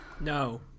No